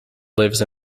lives